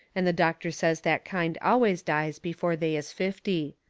and the doctor says that kind always dies before they is fifty.